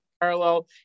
parallel